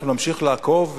אנחנו נמשיך לעקוב,